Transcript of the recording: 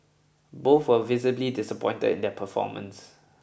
both were visibly disappointed in their performance